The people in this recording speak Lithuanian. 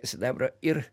sidabro ir